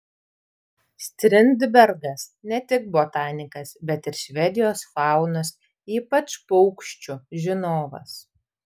strindbergas ne tik botanikas bet ir švedijos faunos ypač paukščių žinovas